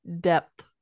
depth